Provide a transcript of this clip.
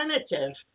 alternative